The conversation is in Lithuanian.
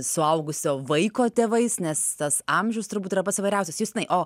suaugusio vaiko tėvais nes tas amžius turbūt yra pats svariausias justinai o